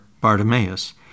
Bartimaeus